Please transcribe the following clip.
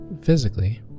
physically